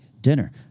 dinner